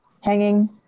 hanging